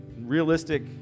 realistic